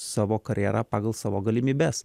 savo karjerą pagal savo galimybes